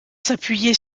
s’appuyer